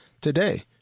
today